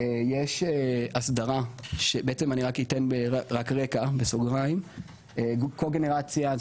יש הסדרה שבעצם אני רק אתן רקע קוגנרציה זה